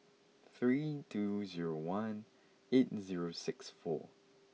three two zero one eight zero six four